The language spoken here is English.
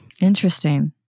Interesting